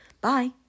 Bye